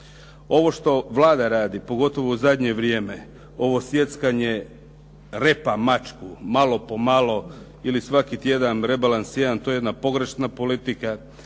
Ovo što Vlada radi, pogotovo u sadnje vrijeme, ovo sjeckanje repa mačku, malo po malo ili svaki tjedan rebalans jedan, to je jedna pogrešna politika.